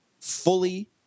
fully